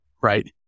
right